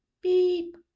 Beep